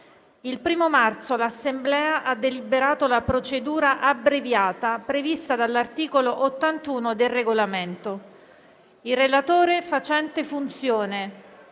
Il 1° marzo l'Assemblea ha deliberato la procedura abbreviata prevista dall'articolo 81 del Regolamento. Il relatore facente funzione,